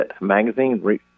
Magazine